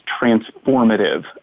transformative